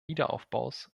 wiederaufbaus